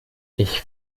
ich